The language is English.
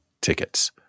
tickets